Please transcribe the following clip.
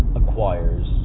acquires